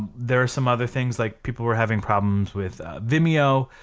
there are some other things like people were having problems with vimeo,